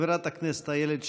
חברת הכנסת איילת שקד,